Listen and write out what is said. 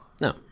No